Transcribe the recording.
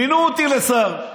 מינה אותי לשר,